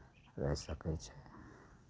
रहि सकै छै